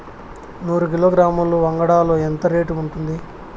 నూరు కిలోగ్రాముల వంగడాలు ఎంత రేటు ఉంటుంది?